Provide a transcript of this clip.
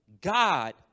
God